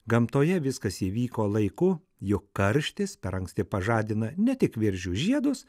gamtoje viskas įvyko laiku juk karštis per anksti pažadina ne tik viržių žiedus